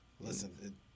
Listen